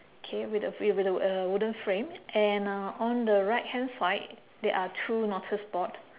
K with a with a uh wooden frame and uh on the right hand side there are two notice board